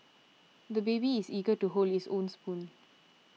the baby is eager to hold his own spoon